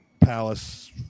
Palace